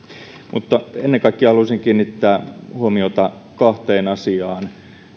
mutta ennen kaikkea haluaisin kiinnittää huomiota kahteen asiaan